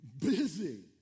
busy